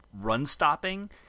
run-stopping